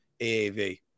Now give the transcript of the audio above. AAV